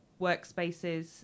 workspaces